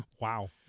Wow